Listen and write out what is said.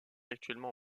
actuellement